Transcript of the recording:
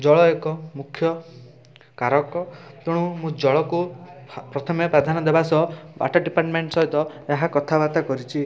ଜଳ ଏକ ମୁଖ୍ୟ କାରକ ତେଣୁ ମୁଁ ଜଳକୁ ପ୍ରଥମେ ପ୍ରାଧାନ୍ୟ ଦେବା ସହ ୱାଟର୍ ଡିପାର୍ଟମେଣ୍ଟ୍ ସହିତ ଏହା କଥାବାର୍ତ୍ତା କରିଛି